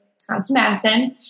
Wisconsin-Madison